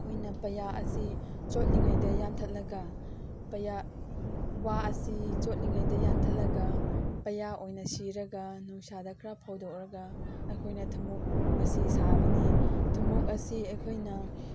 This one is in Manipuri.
ꯑꯩꯈꯣꯏꯅ ꯄꯩꯌꯥ ꯑꯁꯤ ꯆꯣꯠꯂꯤꯉꯩꯗ ꯌꯥꯟꯊꯠꯂꯒ ꯄꯩꯌꯥ ꯋꯥ ꯑꯁꯤ ꯆꯣꯠꯂꯤꯉꯩꯗ ꯌꯥꯟꯊꯠꯂꯒ ꯄꯩꯌꯥ ꯑꯣꯏꯅ ꯁꯤꯔꯒ ꯅꯨꯡꯁꯥꯗ ꯈꯔ ꯐꯧꯗꯣꯛꯂꯒ ꯑꯩꯈꯣꯏꯅ ꯊꯨꯝꯃꯣꯛ ꯑꯁꯤ ꯁꯥꯕꯅꯤ ꯊꯨꯝꯃꯣꯛ ꯑꯁꯤ ꯑꯩꯈꯣꯏꯅ